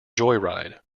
joyride